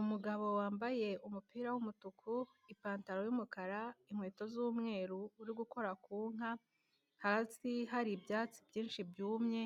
Umugabo wambaye umupira w'umutuku, ipantaro y'umukara, inkweto z'umweru uri gukora ku nka, hasi hari ibyatsi byinshi byumye,